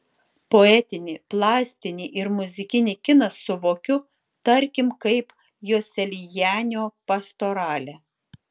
poetinį plastinį ir muzikinį kiną suvokiu tarkim kaip joselianio pastoralę